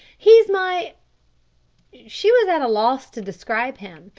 he's my she was at a loss to describe him,